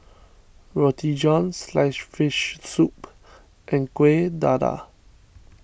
Roti John Sliced Fish Soup and Kueh Dadar